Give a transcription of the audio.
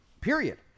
period